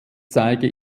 zeige